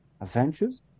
adventures